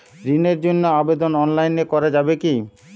ঋণের জন্য আবেদন অনলাইনে করা যাবে কি?